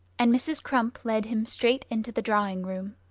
and mrs. crump led him straight into the drawing-room.